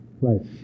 Right